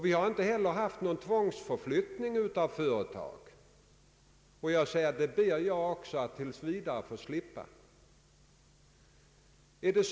Vi har inte heller haft någon tvångsförflyttning av företag, och jag ber även att tills vidare få slippa detta.